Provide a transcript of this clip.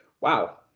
Wow